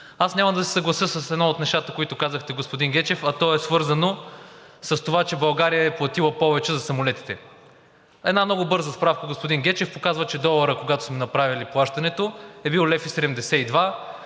Аз няма да се съглася с едно от нещата, които казахте, господин Гечев, а то е свързано с това, че България е платила повече за самолетите. Една много бърза справка, господин Гечев, показва, че доларът, когато сме направили плащането, е бил 1,72